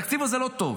התקציב הזה לא טוב.